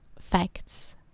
facts